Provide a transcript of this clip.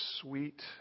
sweet